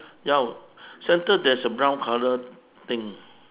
jau centre there's a brown colour thing